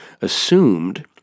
assumed